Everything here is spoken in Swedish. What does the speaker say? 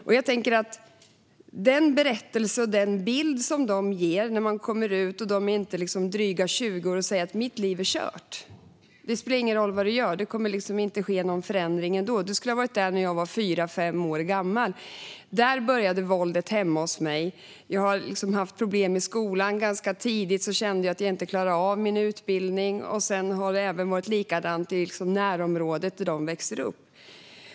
När de kommer ut från Kriminalvården vid dryga 20 års ålder är den bild de ger att deras liv är kört. Det spelar ingen roll vad de gör eftersom det inte kommer att ske någon förändring. Man skulle ha varit där när de var fyra fem år gamla. Där började våldet hemma hos dem. De fick problem i skolan, och tidigt kände de att de inte klarade av utbildningen. Likadant har det varit i deras närområde där de har vuxit upp.